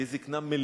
תהיה זיקנה מלאה,